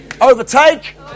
Overtake